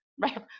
right